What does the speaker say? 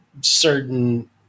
certain